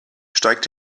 steigt